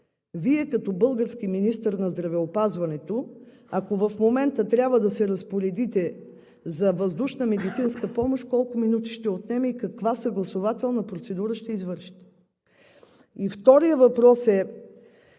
Вие като български министър на здравеопазването, ако в момента трябва да се разпоредите за въздушна медицинска помощ, колко минути ще отнеме и каква съгласувателна процедура ще извършите? Вторият въпрос е: